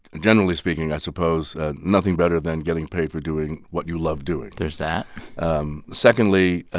generally speaking, i suppose ah nothing better than getting paid for doing what you love doing there's that um secondly, ah